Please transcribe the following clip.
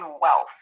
wealth